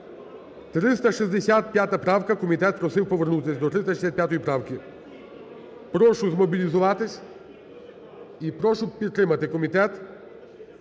365 правка. Комітет просив повернутись до 365 правки. Прошу змобілізуватись. І прошу підтримати комітет.